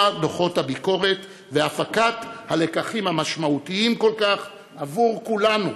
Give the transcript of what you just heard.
דוחות הביקורת והפקת הלקחים המשמעותיים כל כך עבור כולנו,